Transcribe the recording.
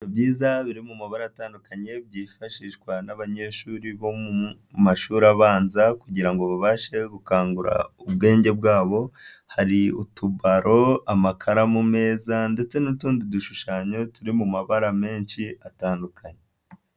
Byiza biri mu mabara atandukanye byifashishwa n'abanyeshuri bo mu mashuri abanza kugira ngo babashe gukangura ubwenge bwabo, hari utubalo amakaramu meza ndetse n'utundi dushushanyo turi mu mabara menshi atandukanye.